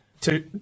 Two